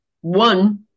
one